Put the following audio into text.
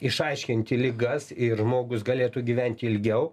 išaiškinti ligas ir žmogus galėtų gyventi ilgiau